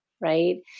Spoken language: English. Right